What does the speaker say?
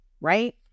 right